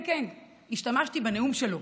כן, כן, השתמשתי בנאום שלו